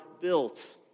built